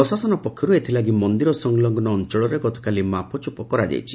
ପ୍ରଶାସନ ପକ୍ଷରୁ ଏଥିଲାଗି ମନ୍ଦିର ସଂଲଗୁ ଅଞ୍ଞଳରେ ଗତକାଲି ମାପଚୁପ କରାଯାଇଛି